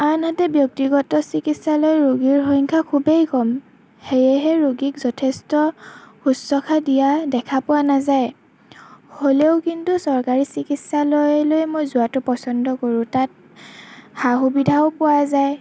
আনহাতে ব্যক্তিগত চিকিৎসালয়ত ৰোগীৰ সংখ্যা খুৱেই কম সেয়েহে ৰোগীক যথেষ্ট শুশ্ৰষা দিয়া দেখা পোৱা নাযায় হ'লেও কিন্তু চৰকাৰী চিকিৎসালয় লৈ মই যোৱাটো পচন্দ কৰোঁ তাত সা সুবিধাও পোৱা যায়